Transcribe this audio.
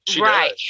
Right